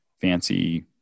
fancy